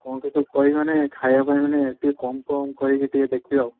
କଣ କିସ କହିବି ମାନେ ଖାଇବା ପାଇଁ ମାନେ ଟିକେ କମ୍ କମ୍ କରିକି ଟିକେ ଦେଖିବେ ଆଉ